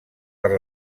per